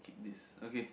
skip this okay